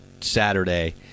Saturday